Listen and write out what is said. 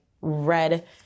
red